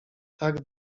tak